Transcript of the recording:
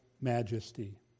majesty